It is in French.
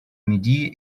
midi